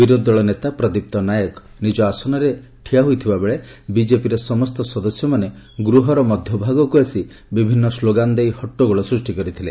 ବିରୋଧୀଦଳ ନେତା ପ୍ରଦୀପ୍ତ ନାୟକ ନିକ ଆସନରେ ଠିଆ ହୋଇଥିବାବେଳେ ବିଜେପିର ସମସ୍ତ ସଦସ୍ୟମାନେ ଗୃହର ମଧ୍ଧଭାଗକୁ ଆସି ବିଭିନ୍ତ ସ୍କୋଗାନ ଦେଇ ହଟ୍ଟଗୋଳ ସୃଷ୍ଟି କରିଥିଲେ